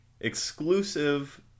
exclusive